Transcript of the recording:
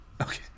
Okay